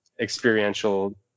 experiential